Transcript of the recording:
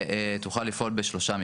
שתוכל לפעול בשלושה מקרים.